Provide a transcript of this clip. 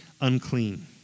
unclean